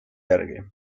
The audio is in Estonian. järgi